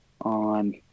on